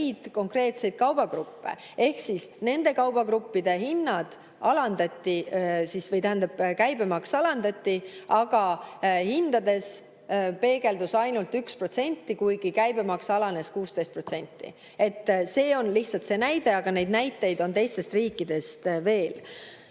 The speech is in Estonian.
konkreetseid kaubagruppe. Ehk siis nende kaubagruppide hinnad, või tähendab, käibemaks alandati, aga hindades peegeldus ainult 1%, kuigi käibemaks alanes 16%. See on lihtsalt näide, aga neid näiteid on teistest riikidest veel. Nüüd,